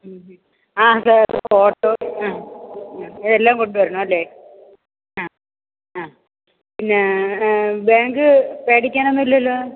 Aadhaar photo എല്ലാം കൊണ്ട് വരണം അല്ലേ ആ ആ പിന്നെ ബാങ്ക് പേടിക്കാൻ ഒന്നും ഇല്ലല്ലോ